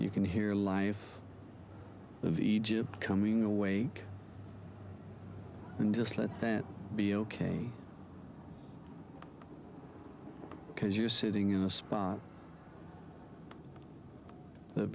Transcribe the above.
you can hear life of egypt coming away and just let that be ok because you're sitting in a spot that